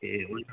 ए हुन्छ